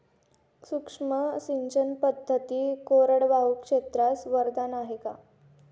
सूक्ष्म सिंचन पद्धती कोरडवाहू क्षेत्रास वरदान आहे का?